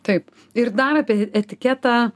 taip ir dar apie etiketą